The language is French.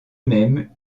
même